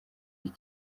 iki